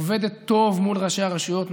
היא עובדת טוב מול ראשי הרשויות,